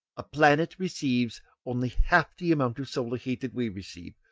a planet receives only half the amount of solar heat that we receive,